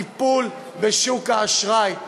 הטיפול בשוק האשראי,